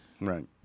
right